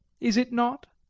is it not?